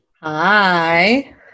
Hi